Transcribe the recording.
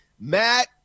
Matt